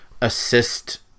assist